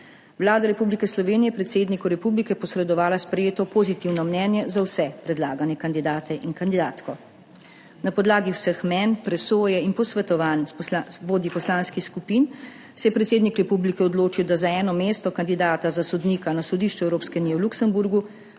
Vlada Republike Slovenije je predsedniku republike posredovala sprejeto pozitivno mnenje za vse predlagane kandidate in kandidatko. Na podlagi vseh mnenj, presoje in posvetovanj z vodji poslanskih skupin se je predsednik republike odločil, da za eno mesto kandidata za sodnika na Sodišču Evropske unije v Luksemburgu